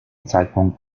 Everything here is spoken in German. zeitpunkt